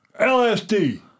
LSD